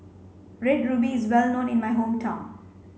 red ruby is well known in my hometown